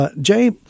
Jay